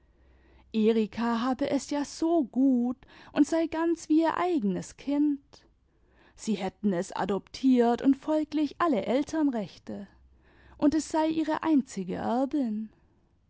erika haibe es ja so gut und sei ganz wie ihr eigenes kind sie hätten es adoptiert und folglich alle elternrechte und es sei ihre einzige